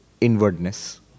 inwardness